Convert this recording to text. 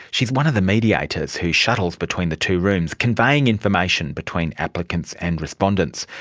she is one of the mediators who shuttles between the two rooms, conveying information between applicants and respondents,